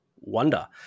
Wonder